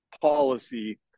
policy